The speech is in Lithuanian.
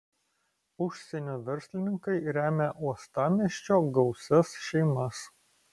užsienio verslininkai remia uostamiesčio gausias šeimas